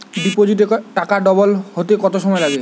ডিপোজিটে টাকা ডবল হতে কত সময় লাগে?